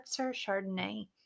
Chardonnay